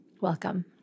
welcome